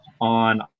on